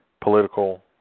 political